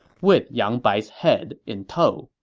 with yang bai's head in tow